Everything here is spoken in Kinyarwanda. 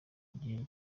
gihe